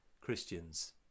Christians